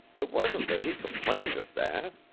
it wasn't that he complained of that.